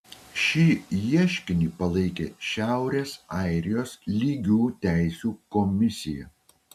šį ieškinį palaikė šiaurės airijos lygių teisių komisija